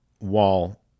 wall